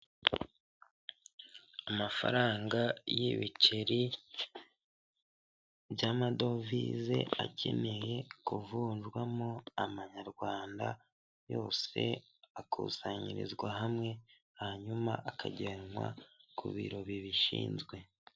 Amafaranga y'ibiceri by'amadovize akeneye kuvunjwamo amanyarwanda, yose akusanyirizwa hamwe hanyuma akajyanwa ku biro bibishinzwe.